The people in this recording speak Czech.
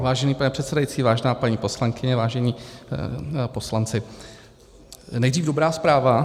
Vážený pane předsedající, vážená paní poslankyně, vážení poslanci, nejdřív dobrá zpráva.